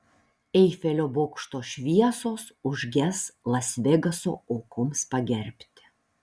eifelio bokšto šviesos užges las vegaso aukoms pagerbti